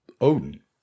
Odin